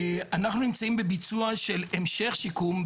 אנחנו נמצאים בביצוע של המשך שיקום,